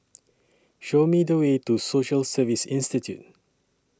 Show Me The Way to Social Service Institute